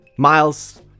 Miles